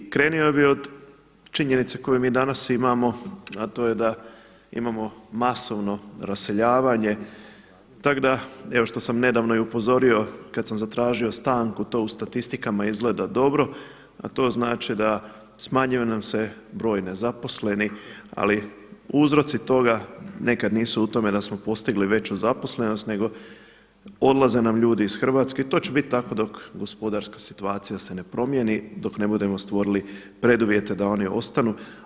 Krenuo bih od činjenice koju mi danas imamo, a to je da imamo masovno raseljavanje, tako da evo što sam i nedavno upozorio kada sam zatražio stanku, to u statistikama izgleda dobro, a to znači da smanjio nam se broj nezaposlenih, ali uzroci toga nekad nisu u tome da smo postigli veću zaposlenost nego odlaze nam ljudi iz Hrvatske i to će biti tako dok gospodarska situacija se ne promijeni dok ne budemo stvorili preduvjete da oni ostanu.